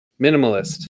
minimalist